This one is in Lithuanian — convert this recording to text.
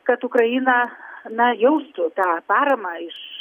kad ukraina na jaustų tą paramą iš